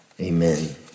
Amen